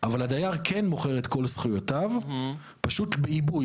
אבל הדייר כן מוכר את כל זכויותיו פשוט בעיבוי,